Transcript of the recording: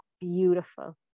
beautiful